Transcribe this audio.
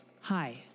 Hi